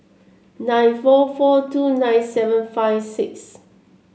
nine four four two nine seven five six